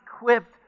equipped